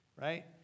right